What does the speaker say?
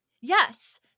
Yes